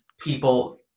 people